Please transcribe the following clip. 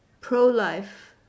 pro-life